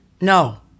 No